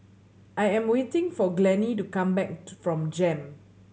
I am waiting for Glennie to come back from JEM